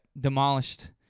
demolished